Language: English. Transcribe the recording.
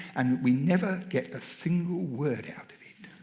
and we never get a single word out of it.